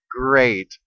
Great